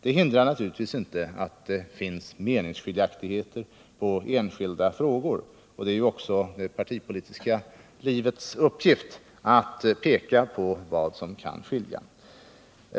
Det hindrar naturligtvis inte att det finns meningsskiljaktigheter i enskilda frågor, och det är ju också det partipolitiska livets uppgift att peka på vad som kan skilja.